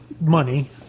money